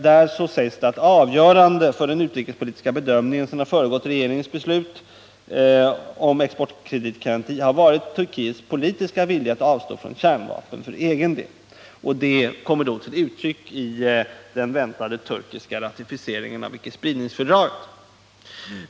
Där sägs: ”Avgörande för den utrikespolitiska bedömning som föregått regeringens beslut om exportkreditgaranti har varit Turkiets politiska vilja att avstå från kärnvapen för egen del.” Det sägs vidare att Turkiets vilja härvidlag kommer att ta sig uttryck i den väntade turkiska ratificeringen av icke-spridningsfördraget.